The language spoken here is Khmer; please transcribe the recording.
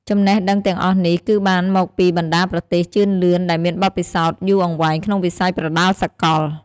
ចំណេះដឹងទាំងអស់នេះ គឺបានមកពីបណ្តាប្រទេសជឿនលឿនដែលមានបទពិសោធន៍យូរអង្វែងក្នុងវិស័យប្រដាល់សកល។